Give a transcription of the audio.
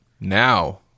now